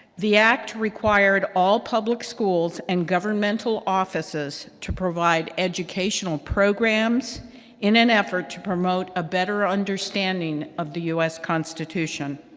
the act required all public schools and governmental offices to provide educational programs in an effort to promote a better understanding of the u s. constitution.